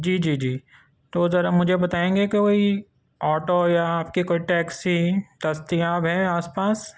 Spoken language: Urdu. جی جی جی تو ذرا مجھے بتائیں گے کہ وہی آٹو یا آپ کی کوئی ٹیکسی دستیاب ہے آس پاس